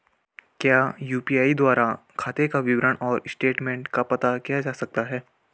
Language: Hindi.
क्या यु.पी.आई द्वारा खाते का विवरण और स्टेटमेंट का पता किया जा सकता है?